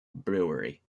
brewery